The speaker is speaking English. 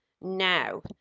now